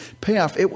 payoff